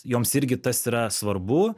joms irgi tas yra svarbu